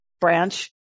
branch